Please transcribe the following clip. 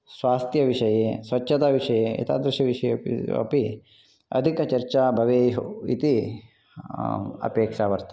स्वास्थ्यविषये स्वच्छताविषये एतादृशविषये अपि अपि अधिकचर्चा भवेतुः इति अपेक्षा वर्तते